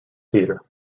theatre